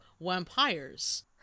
vampires